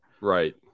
Right